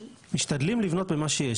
ומשתדלים לבנות במה שיש.